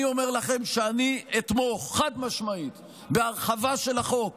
אני אומר לכם שאני אתמוך חד-משמעית בהרחבה של החוק